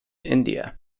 india